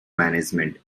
management